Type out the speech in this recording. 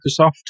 Microsoft